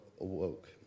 awoke